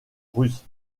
russe